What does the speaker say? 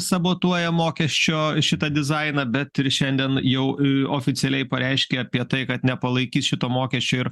sabotuoja mokesčio šitą dizainą bet ir šiandien jau oficialiai pareiškė apie tai kad nepalaikys šito mokesčio ir